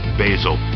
basil